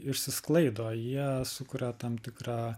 išsisklaido jie sukuria tam tikrą